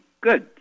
good